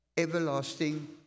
everlasting